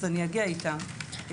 אני אגיע איתם,